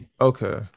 Okay